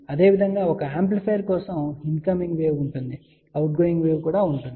అదేవిధంగా ఒక యాంప్లిఫైయర్ కోసం ఇన్ కమింగ్ వేవ్ ఉంటుంది అవుట్ గోయింగ్ వేవ్ ఉంటుంది